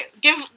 give